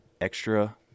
extra